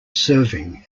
serving